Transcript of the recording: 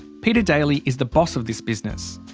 peter daly is the boss of this business.